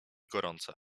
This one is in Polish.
gorące